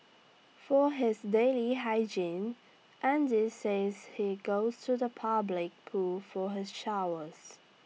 for his daily hygiene Andy says he goes to the public pool for his showers